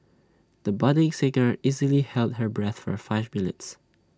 the budding singer easily held her breath for five minutes